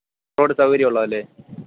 road സൗകര്യം ഉള്ളതല്ലേ